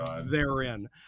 therein